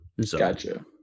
Gotcha